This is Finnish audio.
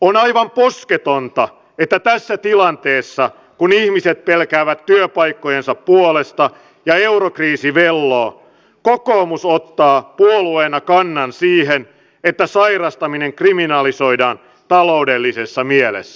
on aivan posketonta että tässä tilanteessa kun ihmiset pelkäävät työpaikkojensa puolesta ja eurokriisi velloo kokoomus ottaa puolueena kannan siihen että sairastaminen kriminalisoidaan taloudellisessa mielessä